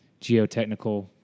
geotechnical –